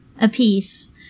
apiece